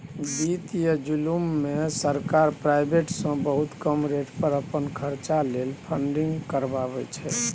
बित्तीय जुलुम मे सरकार प्राइबेट सँ बहुत कम रेट पर अपन खरचा लेल फंडिंग करबाबै छै